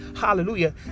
hallelujah